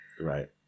Right